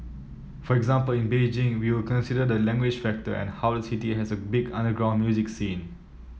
for example in Beijing we will consider the language factor and how the city has a big underground music scene